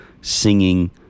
singing